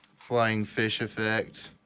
flying fish effect,